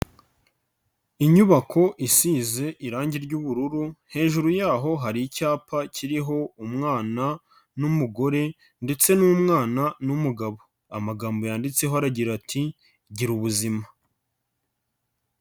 Inyubako isize irangi ry'ubururu hejuru yaho hari icyapa kiriho umwana n'umugore ndetse n'umwana n'umugabo. Amagambo yanditseho aragira ati "gira ubuzima."